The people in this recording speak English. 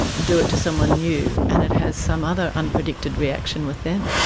do it to someone new and it has some other unpredicted reaction with them?